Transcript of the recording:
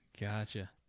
Gotcha